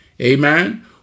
Amen